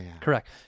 Correct